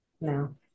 no